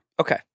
Okay